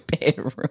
bedroom